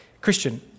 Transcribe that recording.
Christian